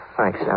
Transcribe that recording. Thanks